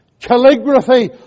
Calligraphy